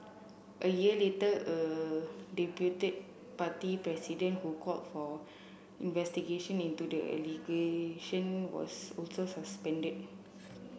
a year later a party president who called for investigation into the allegation was also suspended